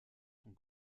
sont